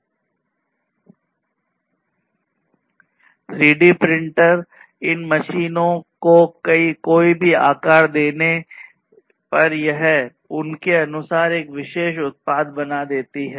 3 D printer इन मशीनों को कोई भी आकार देने पर यह उसके अनुसार एक विशेष उत्पाद बना देती है